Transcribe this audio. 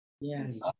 Yes